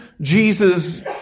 Jesus